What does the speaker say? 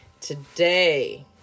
Today